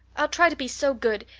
i'll try to be so good.